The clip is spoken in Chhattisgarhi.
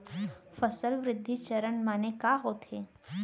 फसल वृद्धि चरण माने का होथे?